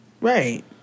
Right